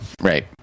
right